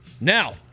Now